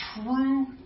true